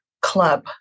club